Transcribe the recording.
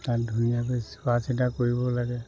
তাত ধুনীয়াকৈ চোৱা চিতা কৰিব লাগে